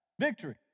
Victory